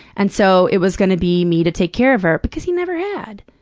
and so, it was gonna be me to take care of her because he never had.